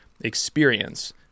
experience